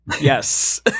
yes